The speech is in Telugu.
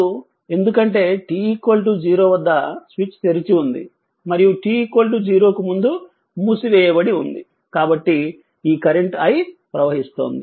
ఎందుకంటే t 0 వద్ద స్విచ్ తెరిచి ఉంది మరియు t 0 కు ముందు మూసివేయబడింది కాబట్టి ఈ కరెంట్ i ప్రవహిస్తోంది